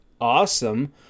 awesome